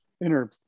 inter